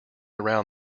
around